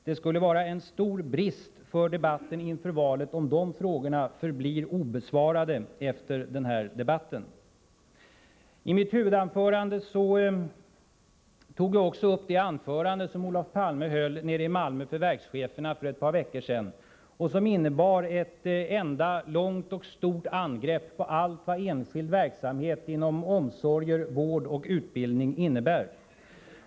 Det skulle vara en stor brist för debatten inför valet, om de frågorna kvarstår obesvarade efter den här debatten. I mitt huvudanförande tog jag som sagt upp det tal som Olof Palme höll nere i Malmö inför verkscheferna för ett par veckor sedan och som innebar ett enda långt och stort angrepp på allt vad enskild verksamhet inom omsorger, vård och utbildning heter.